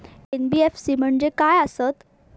NBFC म्हणजे खाय आसत?